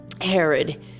Herod